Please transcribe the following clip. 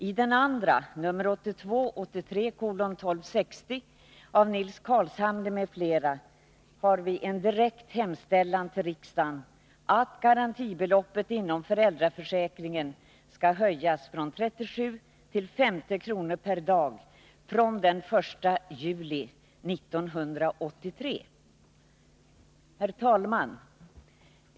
I den andra motionen, 1982/83:1260 av Nils Carlshamre m.fl., hemställs att riksdagen beslutar att garantibeloppet inom föräldraförsäkringen skall höjas från 37 till 50 kr. per ersättningsdag från den 1 juli 1983. Herr talman!